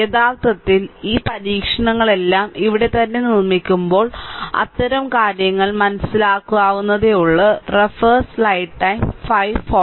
യഥാർത്ഥത്തിൽ ഈ പരീക്ഷണങ്ങളെല്ലാം ഇവിടെ തന്നെ നിർമ്മിക്കുമ്പോൾ അത്തരം കാര്യങ്ങൾ മനസ്സിലാക്കാവുന്നതേയുള്ളൂ